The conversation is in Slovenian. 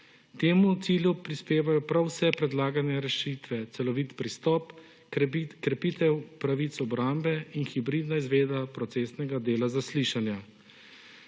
temu cilju prispevajo prav vse predlagane rešitve: celovit pristop, krepitev pravic obrambe in hibridna izvedba procesnega dela zaslišanja.